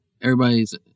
Everybody's